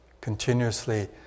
continuously